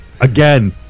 Again